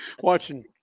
Watching